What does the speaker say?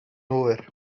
hwyr